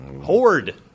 Horde